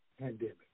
pandemic